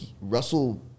Russell